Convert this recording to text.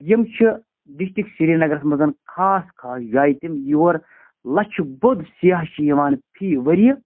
یِم چھِ ڈِسٹِک سریٖنَگرَس منٛز خاص خاص جایہِ تِم یور لَچھٕ بوٚد سِیاح چھِ یِوان فی ؤریہِ